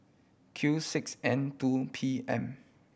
Q six N two P M